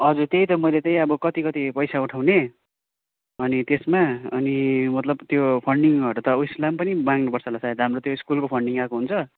हजुर त्यही त मैले त्यही अब कति कति पैसा उठाउने अनि त्यसमा अनि मतलब त्यो फन्डिङहरू त उयसलाई माग्नु पर्छ होला हाम्रो त्यो स्कुलको फन्डिङ आएको हुन्छ